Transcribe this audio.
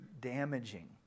damaging